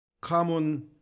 common